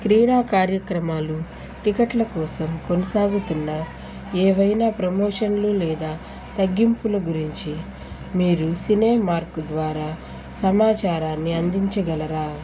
క్రీడా కార్యక్రమాలు టికెట్ల కోసం కొనసాగుతున్న ఏవైనా ప్రమోషన్లు లేదా తగ్గింపుల గురించి మీరు సినేమార్కు ద్వారా సమాచారాన్ని అందించగలరా